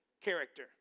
character